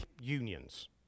unions